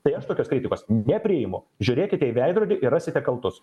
tai aš tokios kritikos nepriimu žiūrėkite į veidrodį ir rasite kaltus